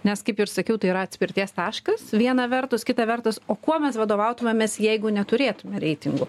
nes kaip ir sakiau tai yra atspirties taškas viena vertus kita vertus o kuo mes vadovautumėmės jeigu neturėtume reitingų